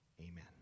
amen